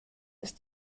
ist